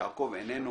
יעקב איננו